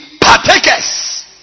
partakers